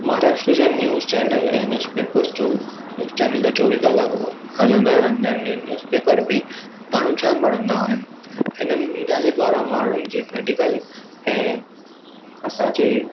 महाराष्ट्र जा news channel ऐं newspaper चो न्यूज़ चैनल त चोवीह कलाक हलंदा रहंदा आहिनि न्यूज़ पेपर बि माण्हूं जाम वणंदा आहिनि हिननि मीडिया जे द्वारां माण्हूनि खे मेडीकल ऐं असां जे